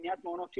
בניית מעונות יום,